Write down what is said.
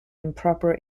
improper